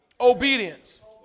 Obedience